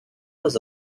was